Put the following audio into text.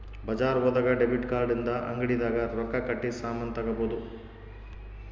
ಬಜಾರ್ ಹೋದಾಗ debit card ಇಂದ ಅಂಗಡಿ ದಾಗ ರೊಕ್ಕ ಕಟ್ಟಿ ಸಾಮನ್ ತಗೊಬೊದು